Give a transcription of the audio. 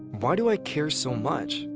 why do i care so much?